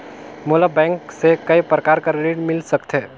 मोला बैंक से काय प्रकार कर ऋण मिल सकथे?